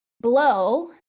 Blow